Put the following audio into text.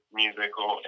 musical